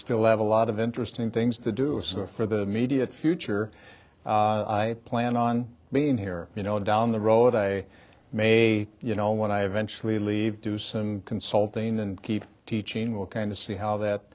still have a lot of interesting things to do for the immediate future plan on being here you know down the road i made a you know when i eventually leave do some consulting and keep teaching will kind of see how that